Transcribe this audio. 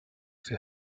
für